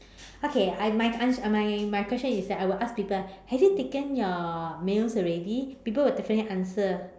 okay I my ans~ uh my my question is that have you taken your meals already people will definitely answer